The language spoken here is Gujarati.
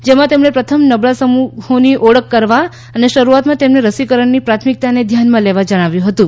જેમાં તેમણે પ્રથમ નબળા સમુહોની ઓળખ કરવા અને શરૂઆતમાં તેમને રસીકરણની પ્રાથમિકતાને ધ્યાનમાં લેવા જણાવ્યું હતું